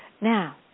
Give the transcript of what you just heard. Now